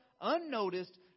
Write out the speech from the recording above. unnoticed